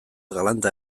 galanta